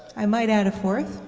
i might add a fourth.